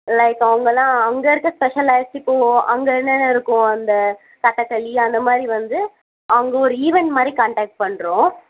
like இப்போ அவங்களாம் அங்கே இருக்கற ஸ்பெஷலைஸ்ட் இப்போ அங்கே என்னென்ன இருக்கும் அந்த கதக்களி அந்த மாதிரி வந்து அங்கே ஒரு ஈவன்ட் மாதிரி கன்டெக்ட் பண்ணுறோம்